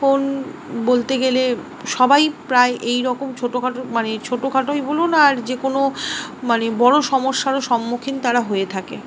জন বলতে গেলে সবাই প্রায় এই রকম ছোটো খাটো মানে ছোটো খাটোই বলুন আর যে কোনো মানে বড়ো সমস্যারও সম্মুখীন তারা হয়ে থাকে